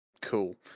Cool